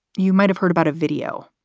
you might have heard about a video,